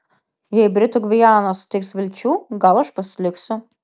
jei britų gviana suteiks vilčių gal aš pasiliksiu